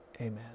amen